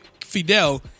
Fidel